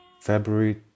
February